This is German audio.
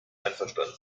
einverstanden